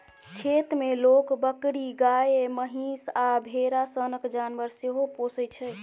खेत मे लोक बकरी, गाए, महीष आ भेरा सनक जानबर सेहो पोसय छै